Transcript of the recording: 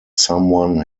someone